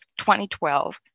2012